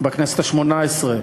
בכנסת השמונה-עשרה.